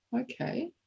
Okay